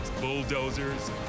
Bulldozers